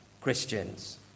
Christians